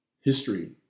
history